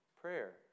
Prayer